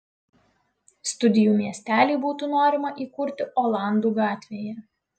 studijų miestelį būtų norima įkurti olandų gatvėje